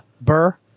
Burr